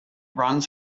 runs